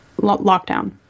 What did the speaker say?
lockdown